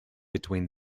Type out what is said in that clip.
between